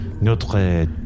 Notre